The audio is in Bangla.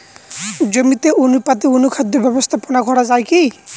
জমিতে অনুপাতে অনুখাদ্য ব্যবস্থাপনা করা য়ায় কি?